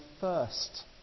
first